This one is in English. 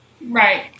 Right